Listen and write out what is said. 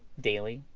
daily?